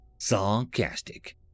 Sarcastic